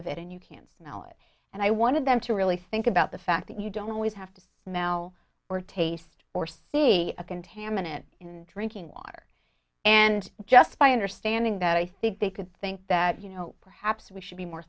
of it and you can't smell it and i wanted them to really think about the fact that you don't always have to know or taste or see a contaminant in drinking water and just by understanding that i think they could think that you know perhaps we should be more